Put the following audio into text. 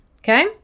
Okay